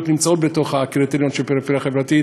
נמצאות בתוך הקריטריון של פריפריה חברתית,